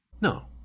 no